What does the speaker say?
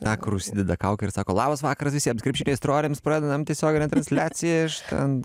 tą kur užsideda kaukę ir sako labas vakaras visiems krepšinio aistruoliams pradedam tiesioginę transliaciją iš ten